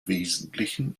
wesentlichen